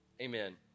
Amen